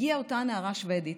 הגיעה אותה נערה שבדית,